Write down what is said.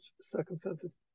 circumstances